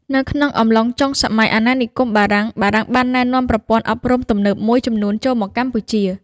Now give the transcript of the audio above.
នៅក្នុងអំឡុងចុងសម័យអាណានិគមបារាំង បារាំងបានណែនាំប្រព័ន្ធអប់រំទំនើបមួយចំនួនចូលមកកម្ពុជា។